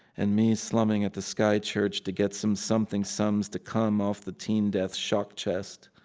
and me, slumming at the sky church to get some something sums to come off the teen-death-shock chest.